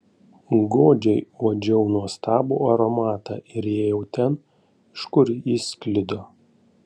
godžiai uodžiau nuostabų aromatą ir ėjau ten iš kur jis sklido